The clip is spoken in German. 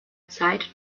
zeit